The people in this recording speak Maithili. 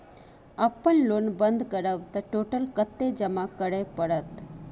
अपन लोन बंद करब त टोटल कत्ते जमा करे परत?